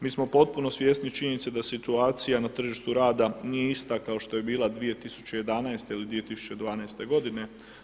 Mi smo potpuno svjesni činjenice da situacija na tržištu rada nije ista kao što je bila 2011. ili 2012. godine.